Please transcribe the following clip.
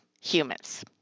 Humans